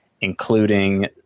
including